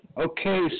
Okay